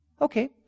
Okay